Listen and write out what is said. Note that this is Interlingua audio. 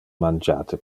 mangiate